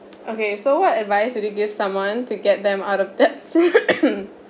okay so what advice would you give someone to get them out of debt